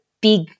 big